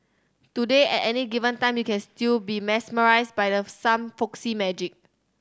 today at any given time you can still be mesmerised by the some folksy magic